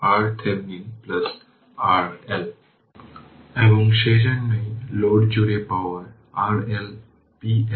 সুতরাং পরেরটি হল যে iL1 t যেটি vt সাধারণভাবে vt L d id t